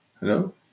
Hello